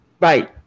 right